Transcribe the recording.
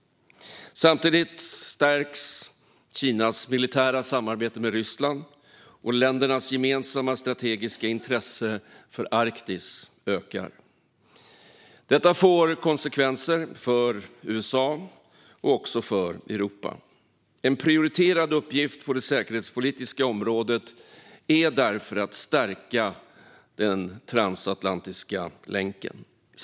Samtidigt stärks Kinas militära samarbete med Ryssland, och ländernas gemensamma strategiska intresse för Arktis ökar. Detta får konsekvenser för USA och även för Europa. En prioriterad uppgift på det säkerhetspolitiska området är därför att stärka den transatlantiska länken.